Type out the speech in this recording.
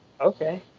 Okay